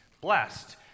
blessed